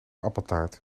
appeltaart